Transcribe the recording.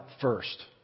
first